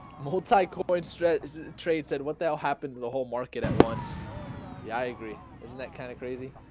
multi-core point stress is trade said what the hell happened in the whole market at once yeah, i agree isn't that kind of crazy?